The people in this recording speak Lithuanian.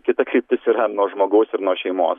kita kryptis yra nuo žmogaus ir nuo šeimos